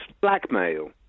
blackmail